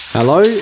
Hello